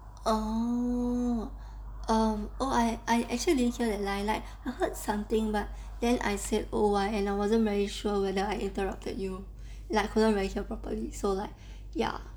oh um oh I I actually didn't hear the line like I heard something but then I said oh ya and I wasn't very sure if I interrupted you like I couldn't really hear properly so like ya